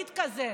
ייד כזה.